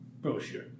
brochure